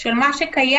של מה שקיים,